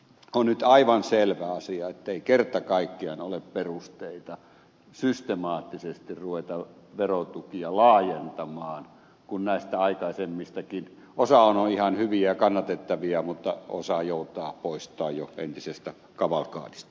on nyt aivan selvä asia ettei kerta kaikkiaan ole perusteita systemaattisesti ruveta verotukia laajentamaan kun näistä aikaisemmistakin osa on ihan hyviä ja kannatettavia mutta osan joutaa poistaa jo entisestä kavalkadista